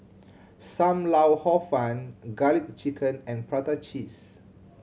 Sam Lau Hor Fun Garlic Chicken and prata cheese